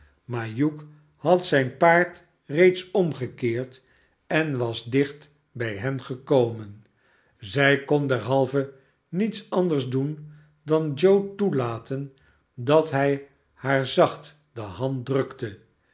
maar hugh had zijn paard reeds omgekeerd en was dicht bij hen gekomen zij kon derhalve niets anders doen dan joe toelaten dat hij haar zacht de hand drukte